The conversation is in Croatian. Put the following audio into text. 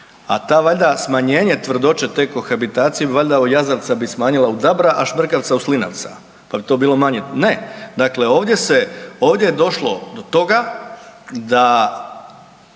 A ta valjda, smanjenje tvrdoće te kohabitacija valjda jazavca bi smanjila u dabra, a šmrkavca u slinavca, pa bi to bilo manje, ne, dakle, ovdje je došlo do toga da